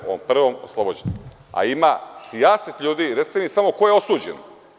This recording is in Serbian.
Po prvom oslobođen, a ima sijaset ljudi i recite mi samo ko je osuđen?